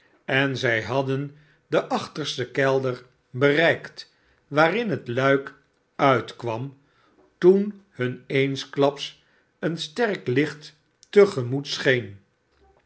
en zij hadden den achtersten kelder bereikt waarin het luik uitkwam toen hun eensklapa een sterk licht te gemoet scheen